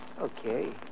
Okay